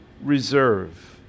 Reserve